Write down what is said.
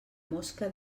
mosca